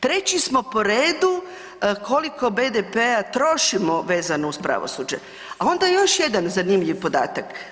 Treći smo po redu koliko BDP-a trošimo vezano uz pravosuđe, a onda još jedan zanimljiv podatak.